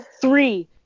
three